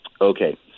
Okay